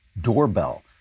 doorbell